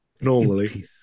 Normally